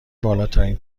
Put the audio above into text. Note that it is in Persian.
بالاترین